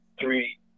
three